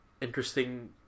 interesting